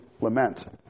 lament